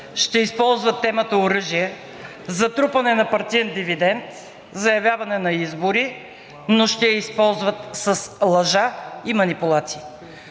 ще използват темата „Оръжие“ за трупане на партиен дивидент за явяване на избори, но ще я използват с лъжа и манипулация.